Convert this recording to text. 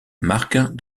marque